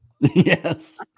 Yes